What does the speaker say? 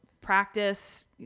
Practice